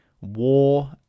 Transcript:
war